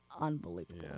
unbelievable